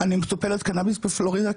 אני מטופלת קנאביס בפלורידה,